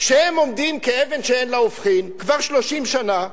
שעומדים כאבן שאין לה הופכין כבר 30 שנה.